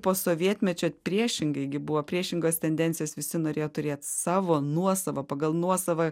po sovietmečio priešingai gi buvo priešingos tendencijos visi norėjo turėt savo nuosavą pagal nuosavą